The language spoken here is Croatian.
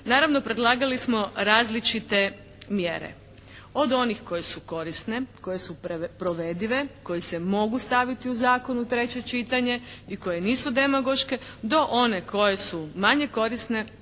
Naravno predlagali smo različite mjere. Od onih koje su korisne, koje su provedive, koje se mogu staviti u zakon u treće čitanje i koje nisu demagoške, do one koje su manje korisne